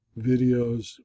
videos